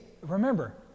remember